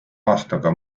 aastaga